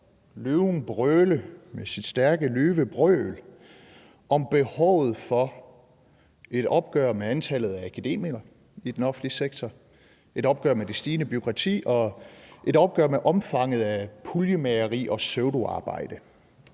løven brøle med sit stærke løvebrøl om behovet for et opgør med antallet af akademikere i den offentlige sektor, et opgør med det stigende bureaukrati og et opgør med omfanget af puljemageri og pseudoarbejde,